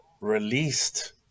released